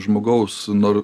žmogaus nor